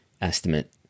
estimate